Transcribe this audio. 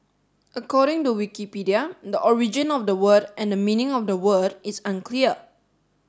according to Wikipedia the origin of the word and meaning of the word is unclear